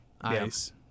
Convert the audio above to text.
ice